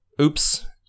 oops